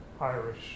Irish